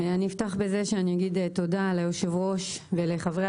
אני אפתח בזה שאגיד תודה ליושב-הראש ולחברי